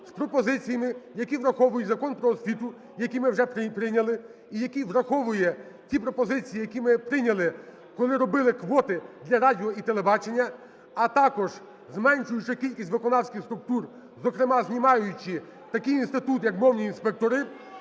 з пропозиціями, які враховують Закон "Про освіту", який ми вже прийняли, і який враховує ті пропозиції, які ми прийняли, коли робили квоти для радіо і телебачення, а також зменшуючи кількість виконавських структур, зокрема знімаючи такий інститут як "мовні інспектори"